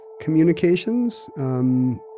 communications